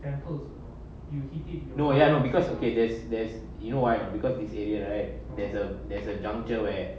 you know ya no because okay there's there's you know why because this area right there's a there's a juncture where